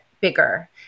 bigger